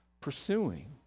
pursuing